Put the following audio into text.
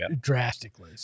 drastically